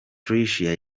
tricia